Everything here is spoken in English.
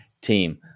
team